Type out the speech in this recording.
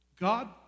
God